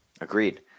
Agreed